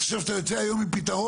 אתה חושב שאתה יוצא היום עם פתרון?